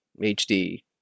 hd